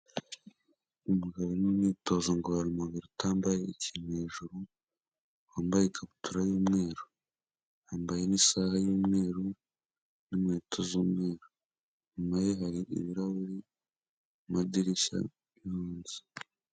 Umugabo uri mu myitozo ngororamubiri utambaye ikintu hejuru, wambaye ikabutura y'umweru, yambaye n'isaha y'umweru n'inkweto z'umweru, inyuma ye hari ibirahuri mu madirishya yo mu nzu.